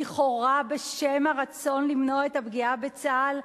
לכאורה בשם הרצון למנוע את הפגיעה בצה"ל,